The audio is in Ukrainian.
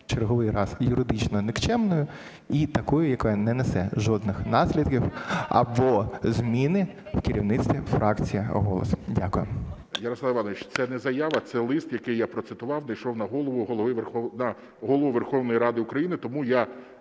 черговий раз юридично нікчемною і такою, яка не несе жодних наслідків або зміни у керівництві фракції "Голос". Дякую. 14:01:14 ГОЛОВУЮЧИЙ. Ярослав Іванович, це не заява. Це лист, який я процитував, прийшов на Голову Верховної Ради України. Тому я